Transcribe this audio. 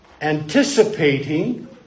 anticipating